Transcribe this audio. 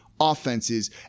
offenses